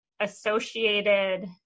associated